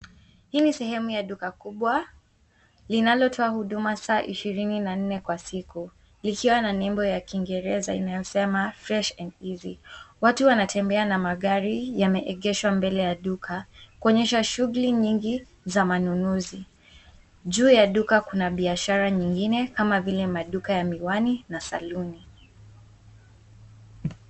Hii ni sehemu ya duka kubwa linalotoa huduma saa ishirini na nne kwa siku likiwa na nembo ya kingereza inayosema fresh and easy. Watu wanatembea na magari yameegeshwa mbele ya duka kuonyesha shughuli nyingi za manunuzi. Juu ya duka kuna biashara nyingine kama vile maduka ya miwani na saluni.